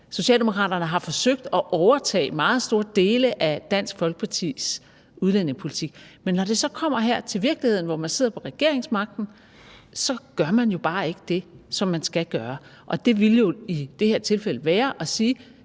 Socialdemokraterne har forsøgt at overtage meget store dele af Dansk Folkepartis udlændingepolitik, men når det så kommer her til virkeligheden, hvor man sidder på regeringsmagten, så gør man jo bare ikke det, som man skal gøre, og det ville jo i det her tilfælde være at sige: